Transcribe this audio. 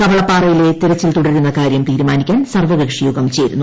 കവളപ്പാറയിലെ തിരച്ചിൽ തുടരുന്ന കാര്യം തീരുമാനിക്കാൻ ്സ്ർവ്വക്ഷിയോഗം ചേരുന്നു